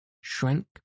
shrank